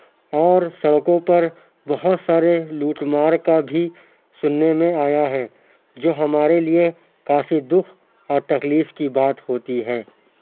اور سڑکوں پر بہت سارے لُوٹ مار کا بھی سُننے میں آیا ہے جو ہمارے لیے کافی دُکھ اور تکلیف کی بات ہوتی ہے